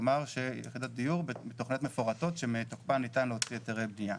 כלומר יחידות דיור בתכניות מפורטות שמתוקפן ניתן להוציא היתרי בניה.